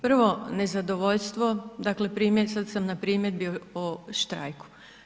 Prvo, nezadovoljstvo, dakle, primjer, sad sam na primjedbi o štrajku.